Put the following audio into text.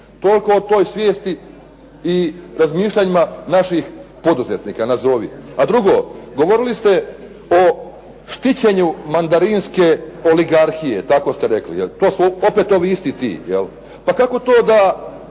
Toliko o toj svijesti i razmišljanjima naših poduzetnika nazovi. A drugo, govorili ste o štićenju mandarinske oligarhije, tako ste rekli. To su opet ovi isti ti. Pa kako to da